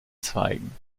zweigen